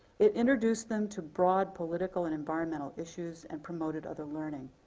it introduced them to broad political and environmental issues and promoted other learning.